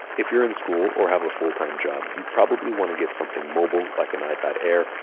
if you're in school or have a full-time job, you probably want to get something mobile like an ipad air,